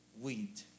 weed